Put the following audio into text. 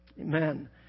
Amen